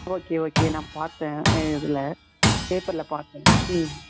okay okay நான் பார்த்தேன் இதில் பேப்பரில் பார்த்தேன் ம்